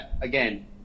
again